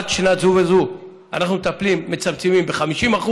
עד שנת זו וזו אנחנו מצמצמים ב-50%,